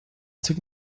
took